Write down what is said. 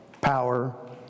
power